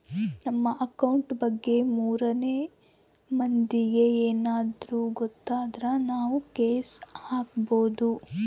ನಮ್ ಅಕೌಂಟ್ ಬಗ್ಗೆ ಮೂರನೆ ಮಂದಿಗೆ ಯೆನದ್ರ ಗೊತ್ತಾದ್ರ ನಾವ್ ಕೇಸ್ ಹಾಕ್ಬೊದು